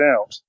out